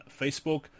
Facebook